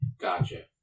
Gotcha